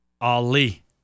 Ali